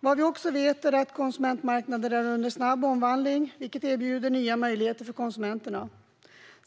Vad vi också vet är att konsumentmarknader är under snabb omvandling, vilket erbjuder nya möjligheter för konsumenterna.